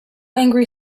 angry